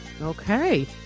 Okay